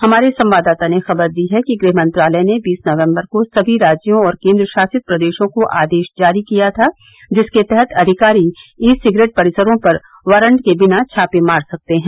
हमारे संवाददाता ने खबर दी है कि गृह मंत्रालय ने बीस नवम्बर को सभी राज्यों और केन्द्रशासित प्रदेशों को आदेश जारी किया था जिसके तहत अधिकारी ई सिगरेट परिसरों पर वारंट के बिना छापे मार सकते हैं